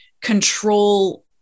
control